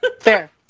fair